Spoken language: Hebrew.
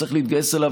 וצריך להתגייס אליו.